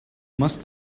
must